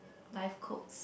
life quotes